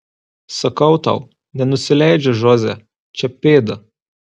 sakau tau nenusileidžia žoze čia pėda